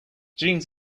jeans